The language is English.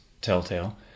telltale